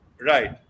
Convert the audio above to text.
Right